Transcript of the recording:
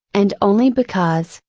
and only because,